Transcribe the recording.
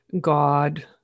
God